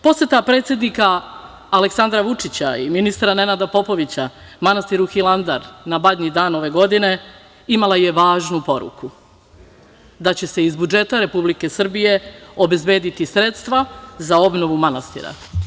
Poseta predsednika Aleksandra Vučića i ministra Nenada Popovića manastiru Hilandar na Badnji dan ove godine imala je važnu poruku, da će se iz budžeta Republike Srbije obezbediti sredstva za obnovu manastira.